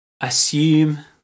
assume